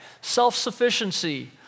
self-sufficiency